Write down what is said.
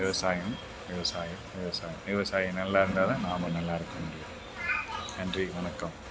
விவசாயம் விவசாயம் விவசாயம் விவசாயம் நல்லாயிருந்தா தான் நாம் நல்லாயிருக்க முடியும் நன்றி வணக்கம்